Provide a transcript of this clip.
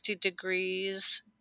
degrees